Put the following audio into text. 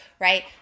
right